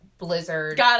blizzard